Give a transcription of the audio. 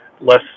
less